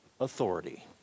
authority